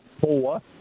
four